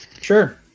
Sure